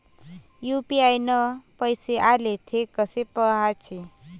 UPI न पैसे आले, थे कसे पाहाचे?